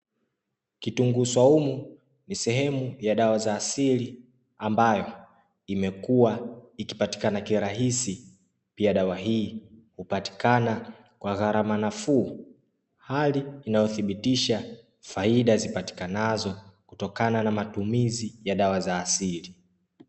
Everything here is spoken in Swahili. Kitunguu swaumu ni sehemu ya dawa za asili ambayo imekua ikipatiakana kirahisi pia dawa hii hupatikana kwa gharama nafuu hali inayothibitisha faida zipatikanazo kutokana na matumizi ya dawa za asili.